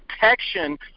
protection